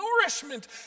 nourishment